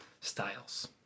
styles